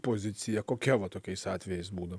pozicija kokia va tokiais atvejais būna